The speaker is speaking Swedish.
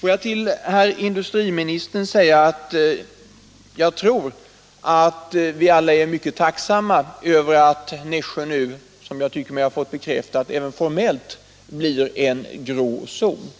Får jag till herr industriministern säga att jag tror vi alla är mycket tacksamma över att Nässjö nu — som jag tycker vi har fått bekräftat —- även formellt blir en grå zon.